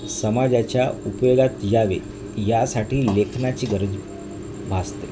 समाजाच्या उपयोगात यावे यासाठी लेखनाची गरज भासते